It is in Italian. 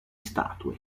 statue